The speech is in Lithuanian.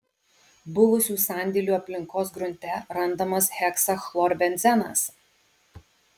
buvusių sandėlių aplinkos grunte randamas heksachlorbenzenas